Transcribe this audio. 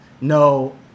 No